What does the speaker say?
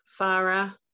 Farah